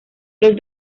los